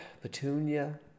Petunia